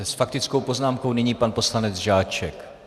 S faktickou poznámkou nyní pan poslanec Žáček.